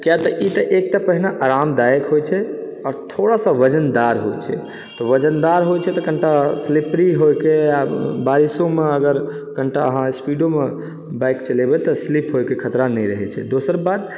कियातऽ ई तऽ एक तऽ पहिने आरामदायक होइ छै आओर थोड़ा सा वजनदार होइ छै तऽ वजनदार होइ छै तऽ कनिटा स्लिपरी होइके आओर बारिशोमे अगर कनिटा अहाँ स्पीडोमे बाइक चलेबै तऽ स्लिप होइके खतरा नहि रहै छै दोसर बात